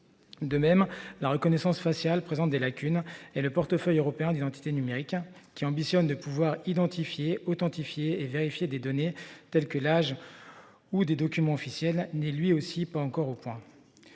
De même la reconnaissance faciale présente des lacunes et le portefeuille européen d'identité numérique hein qui ambitionne de pouvoir identifier authentifier et vérifier des données telles que l'âge. Ou des documents officiels ni lui aussi pas encore au point.